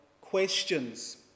questions